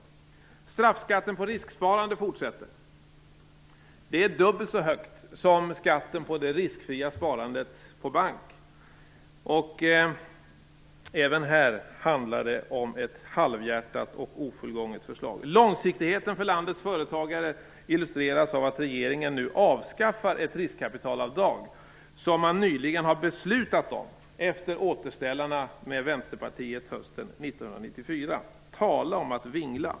Man fortsätter att ta ut straffskatten på risksparande. Den är dubbelt så hög som skatten på det riskfria sparandet på bank. Även här handlar det om ett halvhjärtat och ofullgånget förslag. Långsiktigheten för landets företagare illustreras av att regeringen nu avskaffar det riskkapitalavdrag som man nyligen har beslutat om efter återställarna med Vänsterpartiet hösten 1994. Tala om att vingla!